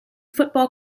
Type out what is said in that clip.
football